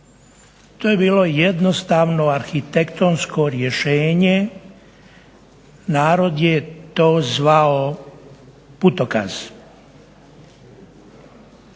To je bilo jednostavno arhitektonsko rješenje, narod je to zvao putokaz.